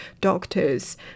doctors